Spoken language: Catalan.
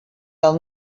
del